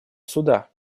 суда